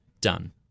done